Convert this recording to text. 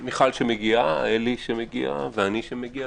מיכל שמגיעה, אלי שמגיע ואני שמגיע.